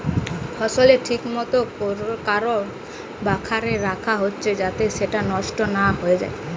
ফসলকে ঠিক মতো কোরে বাখারে রাখা হচ্ছে যাতে সেটা নষ্ট না হয়ে যায়